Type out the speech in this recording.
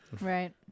Right